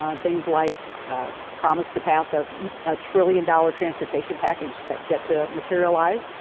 um things like a promise to pass a trillion dollar transportation package, that's yet to materialize.